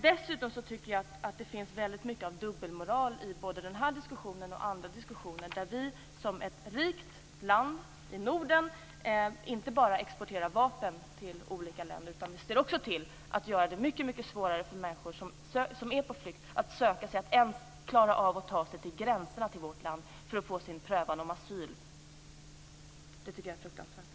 Dessutom tycker jag att det finns väldigt mycket av dubbelmoral i både den här diskussionen och andra diskussioner när vi som ett rikt land i Norden inte bara exporterar vapen till olika länder. Vi ser också till att göra det mycket svårare för människor som är på flykt att ens klara av att ta sig till gränserna till vårt land för att få sin asylansökan prövad. Det tycker jag är fruktansvärt.